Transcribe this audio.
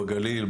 בגליל,